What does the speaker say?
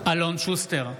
אלון שוסטר,